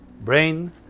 brain